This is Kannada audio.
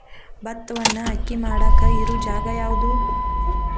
ಭತ್ತವನ್ನು ಅಕ್ಕಿ ಮಾಡಾಕ ಇರು ಜಾಗ ಯಾವುದು?